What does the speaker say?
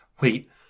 Wait